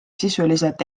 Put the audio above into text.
sisuliselt